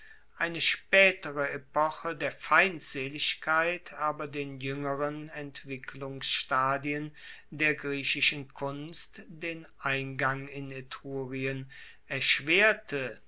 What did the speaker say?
eine spaetere epoche der feindseligkeit aber den juengeren entwicklungsstadien der griechischen kunst den eingang in etrurien erschwerte